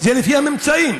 זה לפי הממצאים.